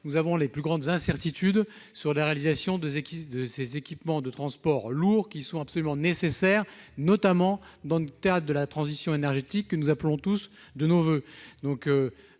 nous avons les plus grandes incertitudes sur la réalisation de ces équipements de transport lourds, pourtant nécessaires, notamment dans le cadre de la transition énergétique que nous appelons tous de nos voeux. Là